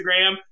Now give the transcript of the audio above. Instagram